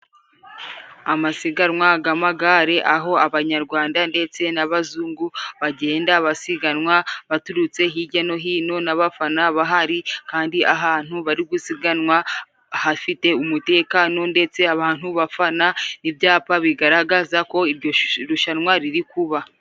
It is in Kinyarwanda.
Amasiganwa g'amagare, aho abanyarwanda ndetse n'abazungu bagenda basiganwa baturutse hirya no hino, n'abafana bahari kandi ahantu bari gusiganwa ahafite umutekano ndetse abantu bafana. Ibyapa bigaragaza ko iryo rushanwa riri kuba.